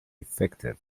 effective